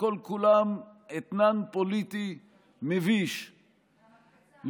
וכל-כולם אתנן פוליטי מביש,